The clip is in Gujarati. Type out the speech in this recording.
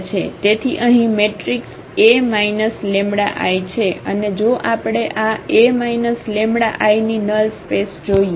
તેથી અહીં મેટ્રિક્સ A λI છે અને જો આપણે આ A λI ની નલ સ્પેસ જોઈએ